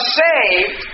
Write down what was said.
saved